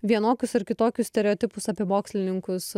vienokius ar kitokius stereotipus apie mokslininkus